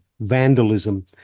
Vandalism